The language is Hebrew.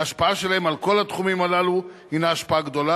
ההשפעה שלהם על כל התחומים הללו הינה השפעה גדולה